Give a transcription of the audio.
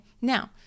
now